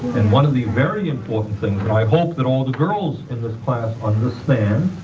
and one of the very important things that i hope that all the girls in this class understand,